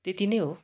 त्यति नै हो